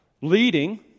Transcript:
leading